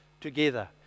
together